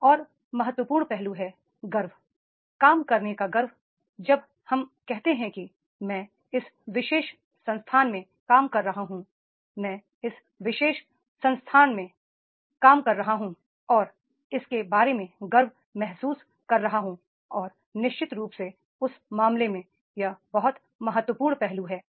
एक और महत्वपूर्ण पहलू है गर्व काम करने का गौरव जब हम कहते हैं कि मैं इस विशेष संस्थान में काम कर रहा हूं मैं इस विशेष संगठन में काम कर रहा हूं और इसके बारे में गर्व महसूस कर रहा हूं और निश्चित रूप से उस मामले में यह बहुत महत्वपूर्ण पहलू है